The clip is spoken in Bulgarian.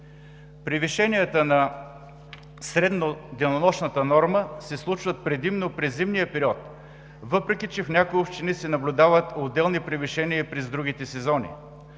Превишенията на средноденонощната норма се случват предимно през зимния период, въпреки че в някои общини се наблюдават отделни превишения и през другите сезони.